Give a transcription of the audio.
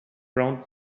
ground